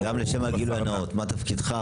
רגע, גם לשם הגילוי הנאות, מה תפקידך?